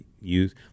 use